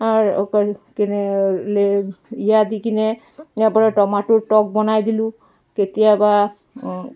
কেনে এয়া দি কিনে ইয়াৰ পৰা টমটোৰ টক বনাই দিলোঁ কেতিয়াবা